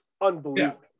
unbelievable